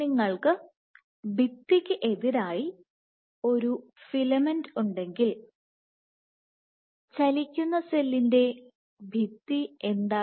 നിങ്ങൾക്ക് ഭിത്തിക്ക് എതിരായി ഒരു ഫിലമെന്റ് ഉണ്ടെങ്കിൽ ചലിക്കുന്ന സെല്ലിന്റെ ഭിത്തി എന്താണ്